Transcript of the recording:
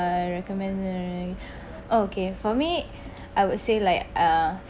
I recommend okay for me I would say like uh